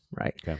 right